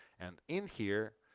and in here,